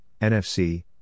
NFC